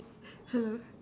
hello